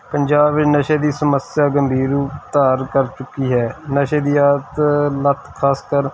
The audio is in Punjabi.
ਪੰਜਾਬ ਵਿੱਚ ਨਸ਼ੇ ਦੀ ਸਮੱਸਿਆ ਗੰਭੀਰ ਰੂਪ ਧਾਰ ਕਰ ਚੁੱਕੀ ਹੈ ਨਸ਼ੇ ਦੀ ਆਦਤ ਲੱਤ ਖ਼ਾਸ ਕਰ